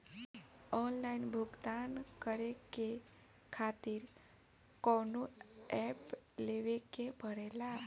Online भुगतान करके के खातिर कौनो ऐप लेवेके पड़ेला?